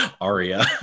aria